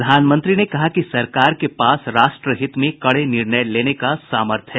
प्रधानमंत्री ने कहा कि सरकार के पास राष्ट्र हित में कड़े निर्णय लेने का सामर्थ्य है